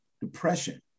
depression